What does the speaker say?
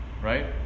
right